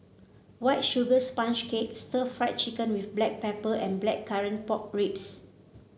White Sugar Sponge Cake Stir Fried Chicken with Black Pepper and Blackcurrant Pork Ribs